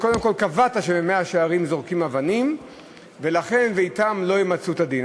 קודם כול קבעת שבמאה-שערים זורקים אבנים ואתם לא ימצו את הדין.